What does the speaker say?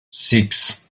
six